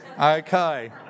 Okay